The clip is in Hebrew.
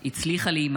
הצליחה להימלט.